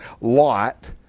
Lot